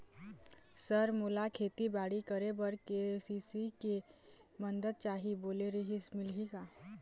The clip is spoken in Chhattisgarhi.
सर मोला खेतीबाड़ी करेबर के.सी.सी के मंदत चाही बोले रीहिस मिलही का?